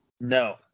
No